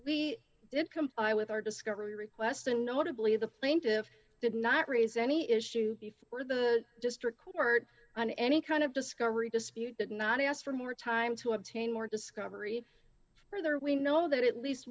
we did comply with our discovery request and notably the plaintiff did not raise any issue before the district court on any kind of discovery dispute did not ask for more time to obtain more discovery further we know that at least